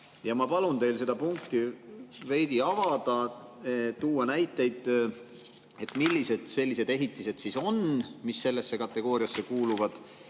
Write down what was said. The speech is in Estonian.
Ma palun teil seda punkti veidi avada, tuua näiteid, millised sellised ehitised siis on, mis sellesse kategooriasse kuuluvad,